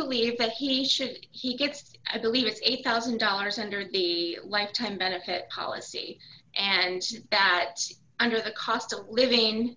believe that he should he gets i believe it's eight thousand dollars under the like time benefit policy and that under the cost of living